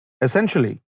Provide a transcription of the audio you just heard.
Essentially